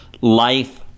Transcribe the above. life